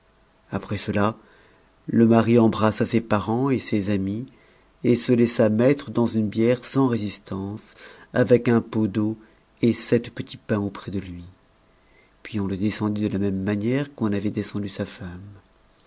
après cela le mari embrassa ses parents et ses amis et se laissa mettre dans une bière sans résistance avec un pot d'eau et sept petits pains auprès de lui puis on le descendit la même manière que l'on avait descendu sa femme